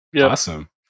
Awesome